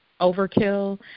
overkill